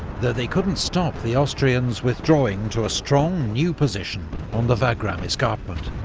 though they couldn't stop the austrians withdrawing to a strong new position on the wagram escarpment.